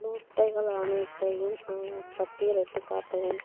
மூட்டைகள் அனைத்தையும் பட்டியலிட்டுக் காட்டவும்